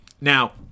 Now